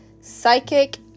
psychic